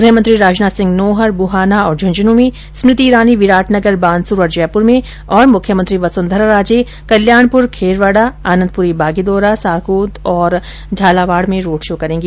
गृह मंत्री राजनाथ सिंह नोहर बुहाना और झुंझुनू में स्मृति ईरानी विराटनगर बानसूर और जयपुर में तथा मुख्यमंत्री वसुंधरा राजे कल्याणपुर खेरवाडा आनंदपुरी बागीदोरा सांगोद और झालावाड में रोड शो करेंगी